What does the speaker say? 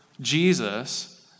Jesus